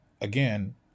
again